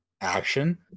action